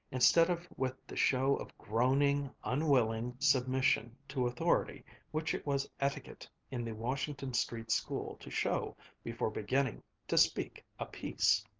instead of with the show of groaning, unwilling submission to authority which it was etiquette in the washington street school to show before beginning to speak a piece.